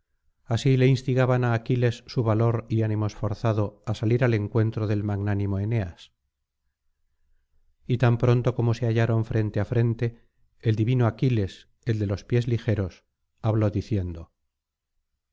así le instigaban á aquiles su valor y ánimo esforzado á salir al encuentro del magnánimo eneas y tan pronto como se hallaron frente á frente el divino aquiles el de los pies ligeros habló diciendo